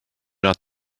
not